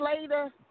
later